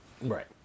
Right